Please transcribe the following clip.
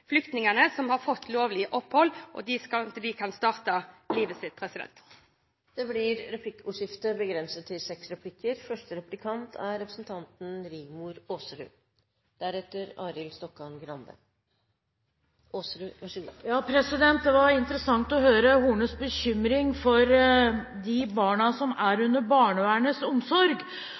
flyktningene som har fått lovlig opphold, slik at de kan starte på livet sitt. Det blir replikkordskifte. Det var interessant å høre Hornes bekymring for de barna som er under barnevernets omsorg.